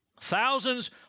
thousands